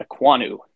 Aquanu